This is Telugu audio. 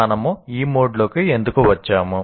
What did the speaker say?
మనము ఈ మోడ్లోకి ఎందుకు వచ్చాము